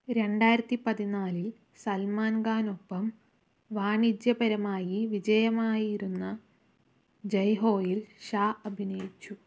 രണ്ടായിരത്തി പതിനാലിൽ സൽമാൻ ഖാനൊപ്പം വാണിജ്യപരമായി വിജയമായിരുന്ന ജയ് ഹോയിൽ ഷാ അഭിനയിച്ചു